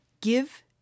Give